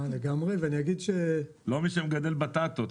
לא מי שמגדל בטטות,